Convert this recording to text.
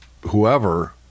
whoever